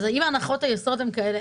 אז אם הנחות היסוד הן כאלה,